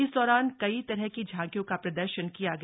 इस दौरान कई तरह की झांकियों का प्रदर्शन किया गया